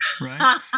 Right